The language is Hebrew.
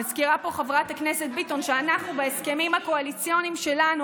מזכירה חברת הכנסת ביטון שבהסכמים הקואליציוניים שלנו,